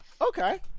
Okay